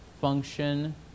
function